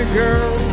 girl